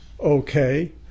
Okay